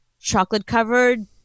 chocolate-covered